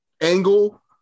angle